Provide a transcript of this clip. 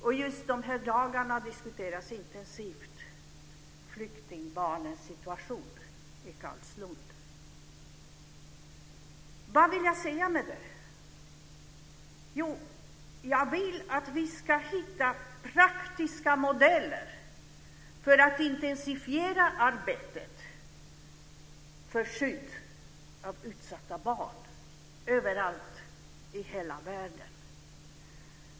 Och just de här dagarna diskuteras intensivt flyktingbarnens situation på Carlslund. Vad vill jag säga med det här? Jo, jag vill att vi ska hitta praktiska modeller för att intensifiera arbetet för skydd av utsatta barn överallt i hela världen.